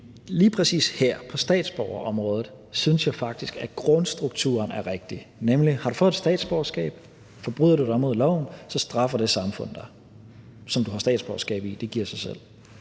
lige præcis her på statsborgerskabsområdet synes jeg faktisk, at grundstrukturen er rigtig, nemlig har du fået et statsborgerskab og forbryder du dig mod loven, så straffer det samfund dig, som du har statsborgerskab i – det giver sig selv